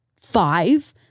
five